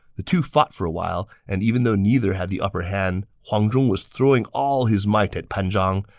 the two fought for a while, and even though neither had the upperhand, huang zhong was throwing all his might at pan zhang,